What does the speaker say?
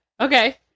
Okay